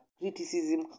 criticism